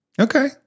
Okay